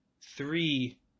three